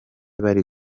bari